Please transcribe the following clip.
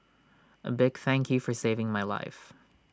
A big thank you for saving my life